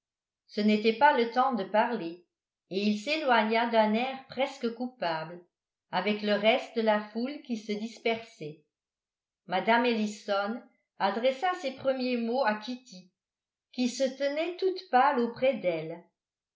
ce n'était pas le temps de parler et il s'éloigna d'un air presque coupable avec le reste de la foule qui se dispersait mme ellison adressa ses premiers mots à kitty qui se tenait toute pâle auprès d'elle